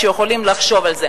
שיכולים לחשוב על זה,